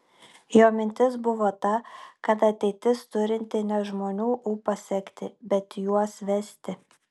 jo mintis buvo ta kad ateitis turinti ne žmonių ūpą sekti bet juos vesti